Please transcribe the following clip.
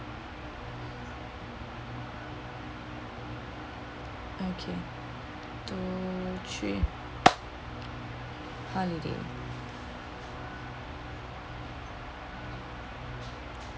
okay two three holiday